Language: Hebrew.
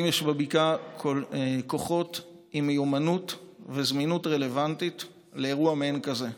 האם יש בבקשה כוחות עם מיומנות וזמינות רלוונטית לאירוע מעין זה?